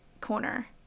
corner